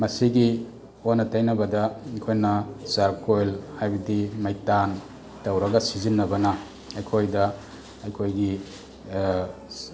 ꯃꯁꯤꯒꯤ ꯑꯣꯟꯅ ꯇꯩꯅꯕꯗ ꯑꯩꯈꯣꯏꯅ ꯆꯥꯔꯀꯣꯏꯜ ꯍꯥꯏꯕꯗꯤ ꯃꯩꯇꯥꯟ ꯇꯧꯔꯒ ꯁꯤꯖꯟꯅꯕꯅ ꯑꯩꯈꯣꯏꯗ ꯑꯩꯈꯣꯏꯒꯤ